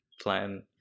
plan